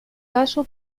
caso